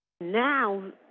Now